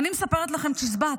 אני מספרת לכם צ'יזבט.